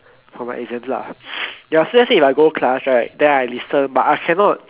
for my exams lah so let's say if I go class I listen but I cannot